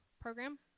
program